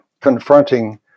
confronting